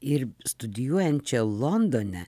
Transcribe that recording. ir studijuojančia londone